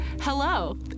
Hello